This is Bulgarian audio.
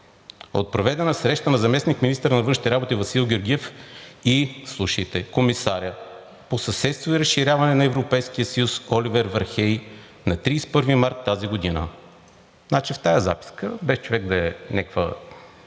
от проведена среща на заместник-министъра на външните работи Васил Георгиев и – слушайте – комисаря по съседство и разширяване на Европейския съюз Оливер Вархеи, на 31 март тази година.“ Значи от тази записка, без човек да е някаква